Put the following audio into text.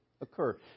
occur